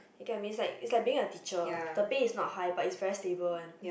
you get what I mean it's like it's like being a teacher the pay is not high but it's very stable one